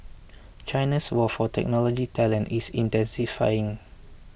China's war for technology talent is intensifying